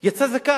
הוא יצא זכאי.